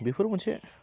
बेफोर मोनसे